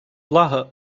благо